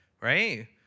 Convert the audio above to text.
right